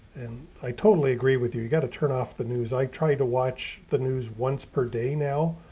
and i totally agree with you. you got to turn off the news. i tried to watch the news once per day now,